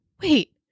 wait